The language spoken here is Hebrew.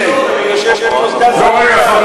הנה, יושב פה סגן שר